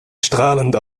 strahlend